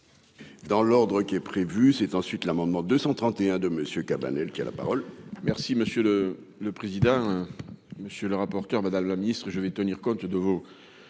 Dans l'ordre qui est prévu, c'est ensuite l'amendement 231 de monsieur Cabanel, qui a la parole.